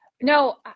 No